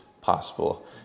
possible